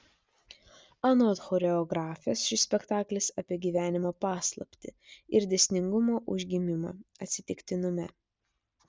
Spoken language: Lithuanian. anot choreografės šis spektaklis apie gyvenimo paslaptį ir dėsningumo užgimimą atsitiktinume